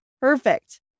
perfect